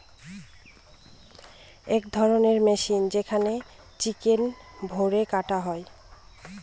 এক ধরণের মেশিন যেখানে চিকেন ভোরে কাটা হয়